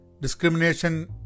discrimination